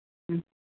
ഉം